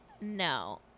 no